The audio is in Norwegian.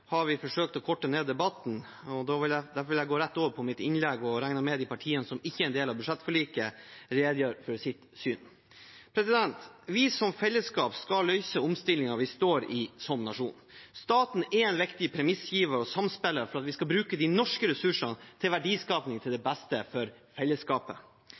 har vi forsøkt å korte ned debatten. Derfor vil jeg gå rett over på innlegget mitt og regner med at de partiene som ikke er en del av budsjettforliket, redegjør for sitt syn. Vi som fellesskap skal løse omstillingen vi står i som nasjon. Staten er en viktig premissgiver og samspiller for at vi skal bruke de norske ressursene til verdiskaping til det beste for fellesskapet.